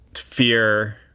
fear